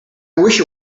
wish